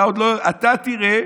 אתה תראה